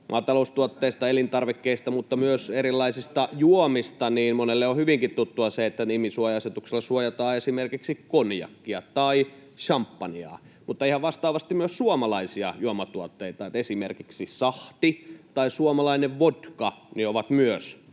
maataloustuotteista, elintarvikkeista kuin myös erilaisista juomista, niin monelle on hyvinkin tuttua se, että nimisuoja-asetuksella suojataan esimerkiksi konjakkia tai samppanjaa, mutta ihan vastaavasti myös suomalaisia juomatuotteita. Esimerkiksi sahti tai suomalainen vodka ovat myös